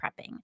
prepping